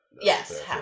yes